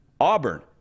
Auburn